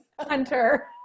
Hunter